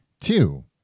Two